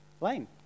Lane